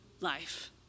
life